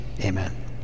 Amen